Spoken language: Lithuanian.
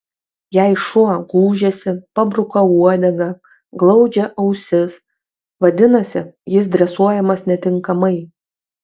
jei šuo gūžiasi pabruka uodegą glaudžia ausis vadinasi jis dresuojamas netinkamai